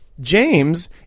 James